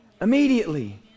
Immediately